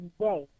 day